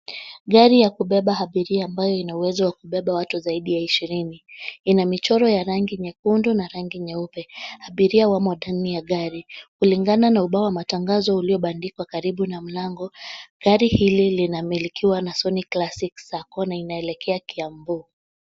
Gari ya kubeba abiria ambayo ina uwezo wa kubeba watu zaidi ya ishirini ina michoro ya rangi nyekundu na rangi nyeupe. Abiria wamo ndani ya gari. Kulingana na ubao wa matangazo uliobandikwa karibu na mlango, gari hili linamilikiwa na Sony classic sacco na linaelekea kiambu.